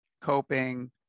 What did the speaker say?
coping